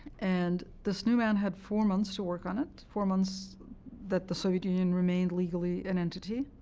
and this new man had four months to work on it, four months that the soviet union remained legally an entity,